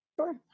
Sure